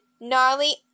gnarly